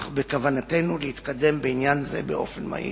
אך בכוונותינו להתקדם בעניין זה באופן מהיר.